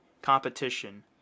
competition